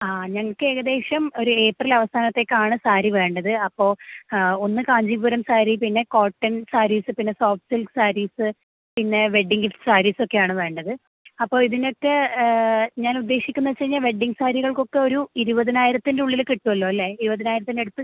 ആ ഞങ്ങള്ക്കേകദേശം ഒര് ഏപ്രിൽ അവസാനത്തേക്കാണ് സാരി വേണ്ടത് അപ്പോള് ഒന്ന് കാഞ്ചീപുരം സാരി പിന്നെ കോട്ടൺ സാരീസ് പിന്നെ സോഫ്റ്റ് സിൽക്ക് സാരീസ് പിന്നെ വെഡ്ഡിംഗ് ഗിഫ്റ്റ് സാരീസൊക്കെയാണ് വേണ്ടത് അപ്പോള് ഇതിനൊക്കെ ഞാനുദ്ദേശിക്കുന്നേച്ചഴിഞ്ഞാ വെഡ്ഡിംഗ് സാരികൾക്കൊക്കെ ഒരു ഇരുപതിനായിരത്തിൻറ്റുള്ളില് കിട്ടുവല്ലോ അല്ലേ ഇരുപതിനായിരത്തിൻ്റെ അടുത്ത്